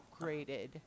upgraded